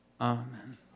amen